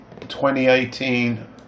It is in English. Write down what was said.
2018